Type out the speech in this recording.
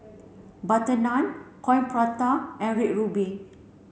butter naan coin prata and red ruby